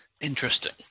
Interesting